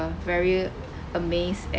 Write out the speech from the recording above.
very uh amazed and